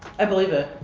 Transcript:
i believe it.